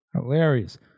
hilarious